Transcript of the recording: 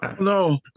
No